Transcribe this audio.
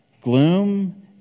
gloom